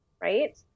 right